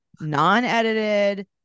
non-edited